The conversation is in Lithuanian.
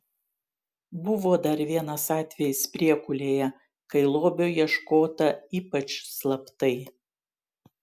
buvo dar vienas atvejis priekulėje kai lobio ieškota ypač slaptai